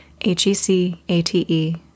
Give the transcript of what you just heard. H-E-C-A-T-E